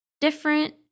different